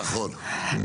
נכון.